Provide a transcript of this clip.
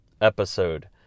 episode